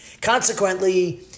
Consequently